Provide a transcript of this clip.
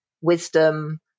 wisdom